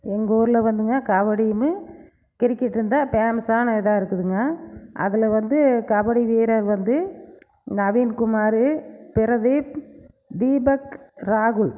எங்கூரில் வந்துங்க கபடியுமே கிரிக்கெட்டுந்தான் பேமஸான இதாக இருக்குதுங்க அதில் வந்து கபடி வீரர் வந்து நவீன் குமார் பிரதீப் தீபக் ராகுல்